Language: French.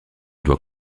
doit